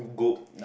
go